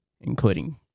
Including